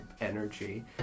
energy